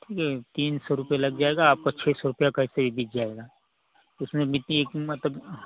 ठीक है तीन सौ रुपये लग जाएगा आपका छः सौ रुपया का ऐसे ही बिक जाएगा उसमें बिकती है कि मतलब